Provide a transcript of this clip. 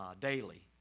daily